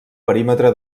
perímetre